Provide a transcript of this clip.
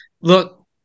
look